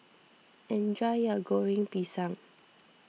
enjoy your Goreng Pisang